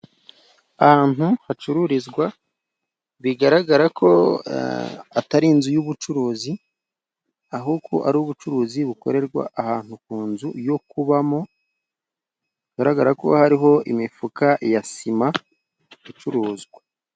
Ahantu hacururizwa, bigaragara ko atari inzu y'ubucuruzi, ahubwo ari ubucuruzi bukorerwa ahantu ku nzu yo kubamo, hagaragara ko hariho imifuka ya sima icuruzwa.